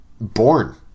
born